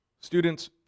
Students